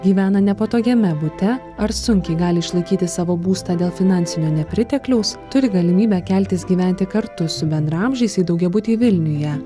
gyvena nepatogiame bute ar sunkiai gali išlaikyti savo būstą dėl finansinio nepritekliaus turi galimybę keltis gyventi kartu su bendraamžiais į daugiabutį vilniuje